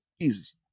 Jesus